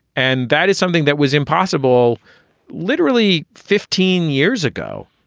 and that is something that was impossible literally fifteen years ago.